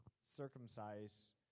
circumcise